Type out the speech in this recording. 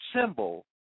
symbol